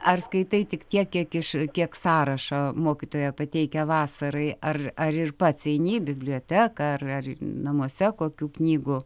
ar skaitai tik tiek kiek iš kiek sąrašą mokytoja pateikia vasarai ar ar ir pats eini į biblioteką ar ar namuose kokių knygų